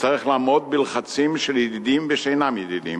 נצטרך לעמוד בלחצים של ידידים ושאינם ידידים.